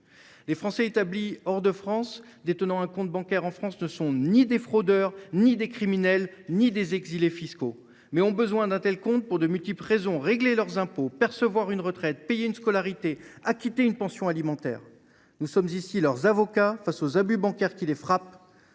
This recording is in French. les Français de l’étranger. Ceux d’entre eux qui détiennent un compte bancaire en France ne sont ni des fraudeurs, ni des criminels, ni des exilés fiscaux, mais ils ont besoin d’un tel compte pour de multiples raisons : régler leurs impôts, percevoir une retraite, régler des frais de scolarité, acquitter une pension alimentaire, etc. Nous sommes ici leurs avocats face aux abus bancaires qui les frappent.